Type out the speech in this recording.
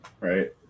right